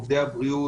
עובדי הבריאות,